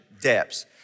depths